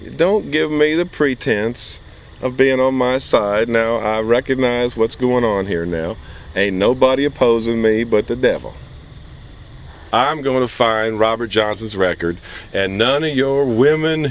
don't give me the pretense of being on my side no i recognize what's going on here now a nobody opposing me but the devil i'm going to find robert johnson's record and none of your women